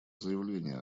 заявление